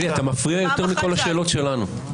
אתה מפריע יותר מכל השאלות שלנו.